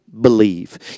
Believe